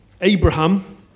Abraham